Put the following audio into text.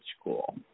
School